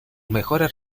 mejores